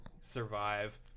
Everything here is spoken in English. survive